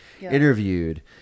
interviewed